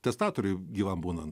testatoriui gyvam būnan